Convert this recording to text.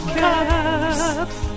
cups